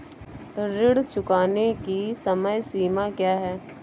ऋण चुकाने की समय सीमा क्या है?